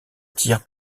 tire